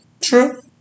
True